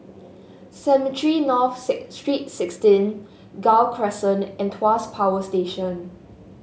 Cemetry North Street sixteen Gul Crescent and Tuas Power Station